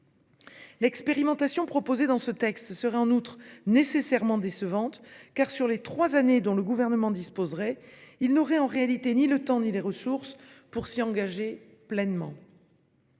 L'expérimentation proposée dans ce texte serait nécessairement décevante : sur les trois années dont il disposerait, le Gouvernement n'aurait en réalité ni le temps ni les ressources pour s'y engager pleinement.